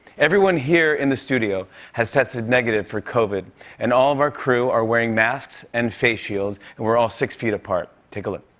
everyone here in the studio has tested negative for covid and all of our crew are wearing masks and face shields and we're all six feet apart. take a look.